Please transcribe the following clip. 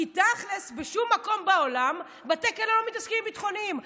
כי תכלס בשום מקום בעולם בתי כלא לא מתעסקים עם ביטחוניים.